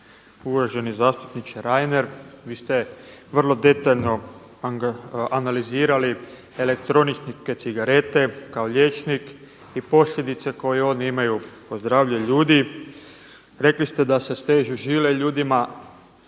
Uvaženi zastupniče Reiner, vi ste vrlo detaljno analizirali elektroničke cigarete kao liječnik i posljedice koje oni imaju o zdravlje ljudi. Rekli ste da se stežu žile ljudima